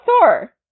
Thor